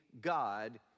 God